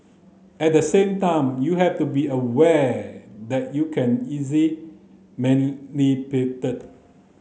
at the same time you have to be aware that you can easy